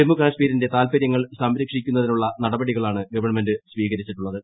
ജമ്മു കാശ്മീരിന്റെ താൽപരൃങ്ങൾ സംരക്ഷി ക്കുന്നതിനുള്ള നടപടികളാണ് ഗവൺമെന്റ് സ്വീകരിച്ചിട്ടുള്ളത്